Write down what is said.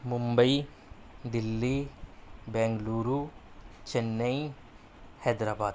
Mumbai Delhi Bengaluru Chennai Hyderabad